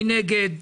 מי נגד?